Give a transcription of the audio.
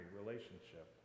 relationship